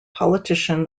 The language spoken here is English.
politician